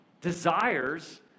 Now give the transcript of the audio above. desires